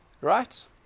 Right